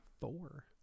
four